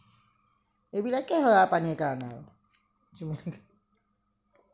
এইবিলাকেই হয় আৰু পানীৰ কাৰণে আৰু